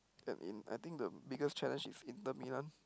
tap in I think the biggest challenge is Inter-Milan